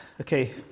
Okay